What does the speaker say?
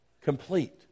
Complete